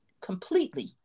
completely